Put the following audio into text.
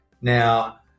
Now